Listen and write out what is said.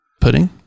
pudding